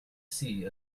see